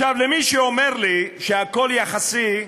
עכשיו, למי שאומר לי שהכול יחסי,